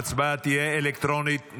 ההצבעה תהיה אלקטרונית.